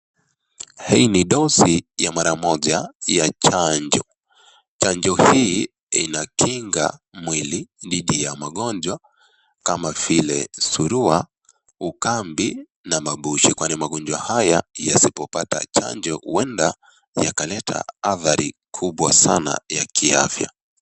Hii ni dosi ya mara moja ya chanjo. Chanjo hii inakinga mwili dhidi ya magonjwa kama vile surua, ukambi na mabushi kwani magonjwa haya yasipopata chanjo ueda yakaleta athari kubwa sana ya kiafya.